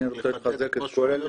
אני אחדד את מה שהוא אומר,